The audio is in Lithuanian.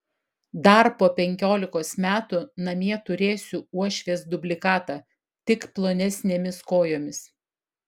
dar po penkiolikos metų namie turėsiu uošvės dublikatą tik plonesnėmis kojomis